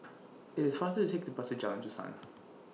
IT IS faster to Take The Bus to Jalan Dusan